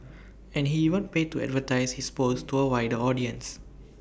and he even paid to advertise his posts to A wider audience